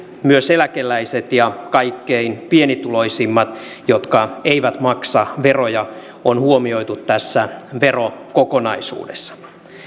myös eläkeläiset ja kaikkein pienituloisimmat jotka eivät maksa veroja on huomioitu tässä verokokonaisuudessa